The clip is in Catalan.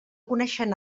coneixen